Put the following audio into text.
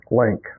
link